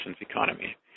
economy